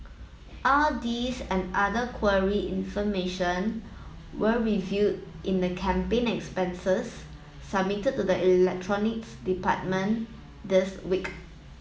all these and other information were revealed in the campaign expenses submitted to the Electronics Department this week